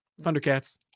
Thundercats